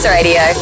Radio